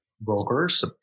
brokers